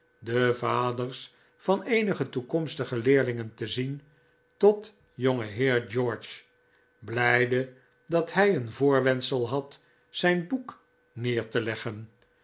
de vaders van eenige toekomstige leerlingen te zien tot jongeheer george blijde dat hij een voorwendsel had zijn boek neer te leggen